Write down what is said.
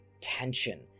tension